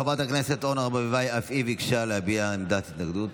חברת הכנסת אורנה ברביבאי ביקשה אף היא להביע עמדת התנגדות.